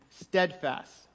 steadfast